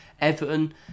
Everton